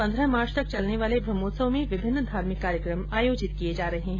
पन्द्रह मार्च तक चलने वाले ब्रह्मोत्सव में विभिन्न धार्मिक कार्यक्रम आयोजित किये जा रहे हैं